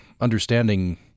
understanding